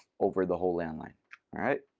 over the whole land line, all right.